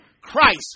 Christ